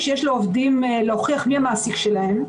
שיש לעובדים להוכיח מי המעסיק שלהם,